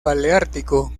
paleártico